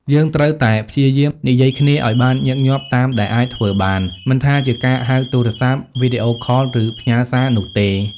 យើងត្រូវតែព្យាយាម និយាយគ្នាឲ្យបានញឹកញាប់តាមដែលអាចធ្វើបាន មិនថាជាការហៅទូរស័ព្ទ វីដេអូខល ឬផ្ញើសារនោះទេ។